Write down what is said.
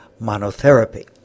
monotherapy